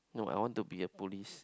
no I want to be a police